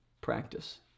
practice